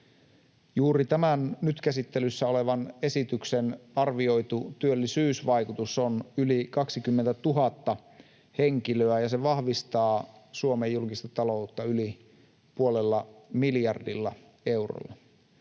Juuri tämän nyt käsittelyssä olevan esityksen arvioitu työllisyysvaikutus on yli 20 000 henkilöä, ja se vahvistaa Suomen julkista taloutta yli puolella miljardilla eurolla.